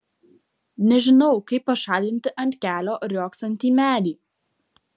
nežinau kaip pašalinti ant kelio riogsantį medį